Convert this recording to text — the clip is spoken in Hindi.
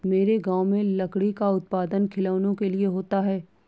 मेरे गांव में लकड़ी का उत्पादन खिलौनों के लिए होता है